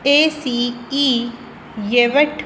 A C E ਯੇਵਟ